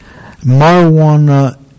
Marijuana